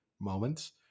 moments